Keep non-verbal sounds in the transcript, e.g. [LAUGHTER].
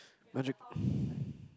magic [BREATH]